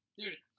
Dude